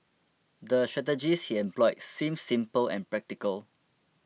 the strategies he employed seemed simple and practical